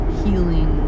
healing